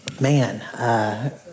Man